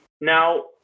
Now